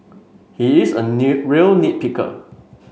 he is a new real nit picker